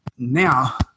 Now